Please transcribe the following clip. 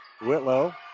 Whitlow